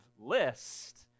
list